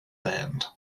band